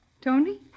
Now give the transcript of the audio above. Tony